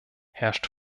herrscht